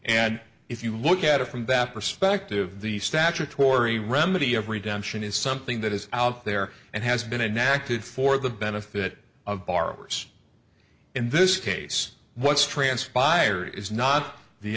and if you look at it from that perspective the statutory remedy of redemption is something that is out there and has been enacted for the benefit of borrowers in this case what's transpired is not the